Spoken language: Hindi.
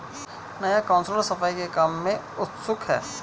नया काउंसलर सफाई के काम में उत्सुक है